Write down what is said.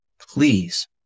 please